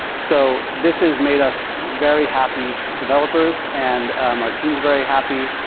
so this has made us very happy developers. and our team's very happy.